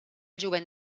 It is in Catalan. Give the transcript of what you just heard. jovent